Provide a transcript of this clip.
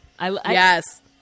Yes